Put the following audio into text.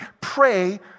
pray